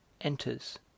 enters